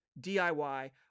DIY